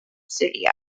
studio